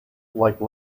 like